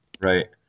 Right